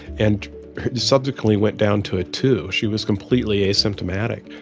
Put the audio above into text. and subsequently, went down to a two. she was completely asymptomatic.